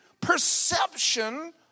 perception